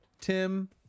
Tim